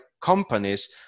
companies